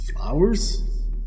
Flowers